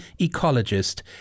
ecologist